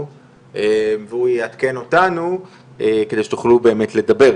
והוא יעדכן אותנו כדי שתוכלו באמת לדבר.